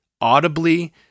audibly